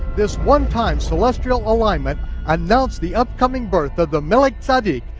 this onetime celestial alignment announced the upcoming birth of the melech tzedek,